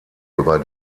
über